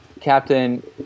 Captain